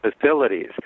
facilities